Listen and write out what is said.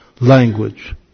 language